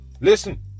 listen